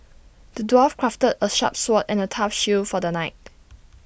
the dwarf crafted A sharp sword and A tough shield for the knight